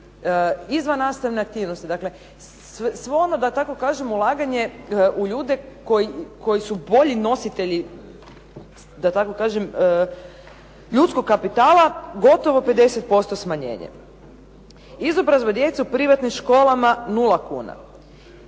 izvannastavne aktivnosti. Dakle, svo ono da tako kažem ulaganje u ljude koji su bolji nositelji da tako kažem ljudskog kapitala gotovo 50% smanjenje. Izobrazba djece u privatnim školama nula